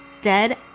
dead